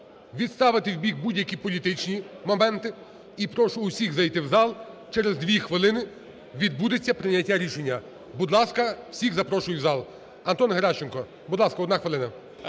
відставити в бік будь-які політичні моменти і прошу всіх зайти в зал, через дві хвилини відбудеться прийняття рішення. Будь ласка, всіх запрошую в зал. Антон Геращенко, будь ласка, одна хвилина.